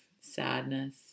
sadness